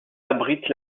abrite